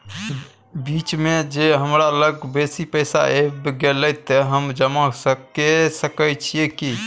बीच म ज हमरा लग बेसी पैसा ऐब गेले त हम जमा के सके छिए की?